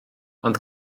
ond